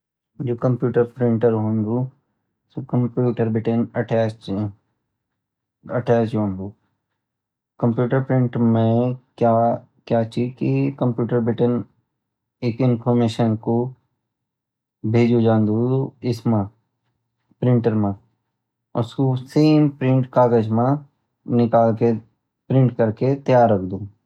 जो computer printer होन्दु सु कंप्यूटर बीतीं अटैच रोंदू कंप्यूटर प्रिंट मई क्या चिकि कंप्यूटर बिटिन एक इनफार्मेशन को भेजू जंसदू एस्मा प्रिंटर मा और सु सेम प्रिंट कागज मा निकल कई प्रिंट क्र कई तैयार रख्दु